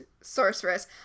sorceress